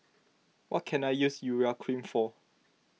what can I use Urea Cream for